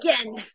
again